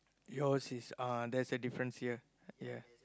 yours is ah there's a difference here ya